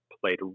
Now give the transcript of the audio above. played